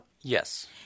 Yes